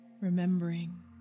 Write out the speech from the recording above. remembering